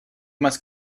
must